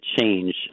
change